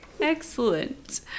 excellent